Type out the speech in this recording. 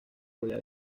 rodeada